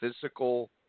physical